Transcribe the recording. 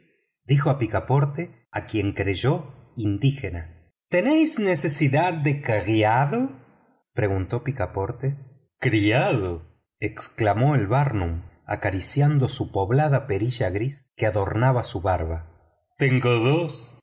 dijo a picaporte a quien creyó indígena tenéis necesidad de criado preguntó picaporte criado exclamó el barnum acariciando su poblada perilla gris que adomaba su barba tengo dos